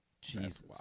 Jesus